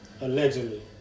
allegedly